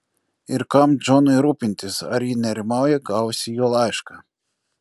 ir kam džonui rūpintis ar ji nerimauja gavusi jo laišką